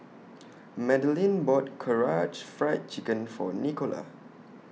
Madilyn bought Karaage Fried Chicken For Nicola